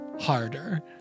Harder